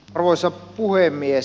arvoisa puhemies